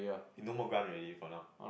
we no more grant already for now